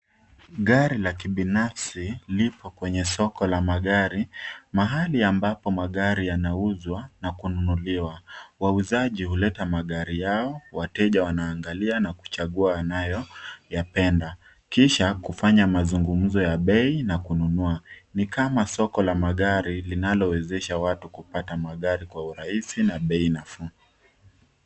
Gari la kibinafsi lipo kwenye soko la magari, mahali ambapo magari yanauzwa na kununuliwa. Wauzaji huleta magari yao, wateja wanaangalia na kuchagua anayo yapenda, kisha kufanya mazungumzo ya bei na kununua. Ni kama soko la magari linalowezesha watu kupata magari kwa urahisi na bei nafuu.